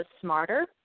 smarter